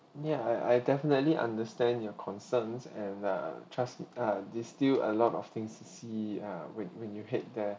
ya I I definitely understand your concerns and uh trust uh there's still a lot of things to see uh when when you head there